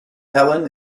helen